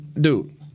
Dude